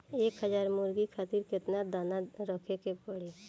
एक हज़ार मुर्गी खातिर केतना दाना रखे के पड़ी?